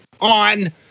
on